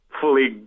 Fully